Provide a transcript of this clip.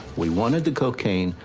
we wanted the cocaine.